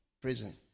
prison